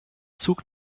zug